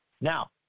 Now